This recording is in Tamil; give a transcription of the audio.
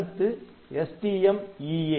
அடுத்து STMEA